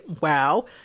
wow